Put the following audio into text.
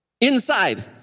Inside